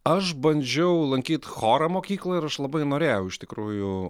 aš bandžiau lankyt chorą mokykloj ir aš labai norėjau iš tikrųjų